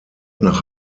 nach